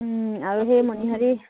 আৰু সেই মনিহাৰী